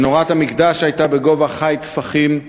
מנורת המקדש הייתה בגובה ח"י טפחים,